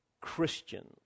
Christians